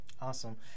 awesome